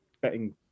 betting